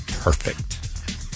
perfect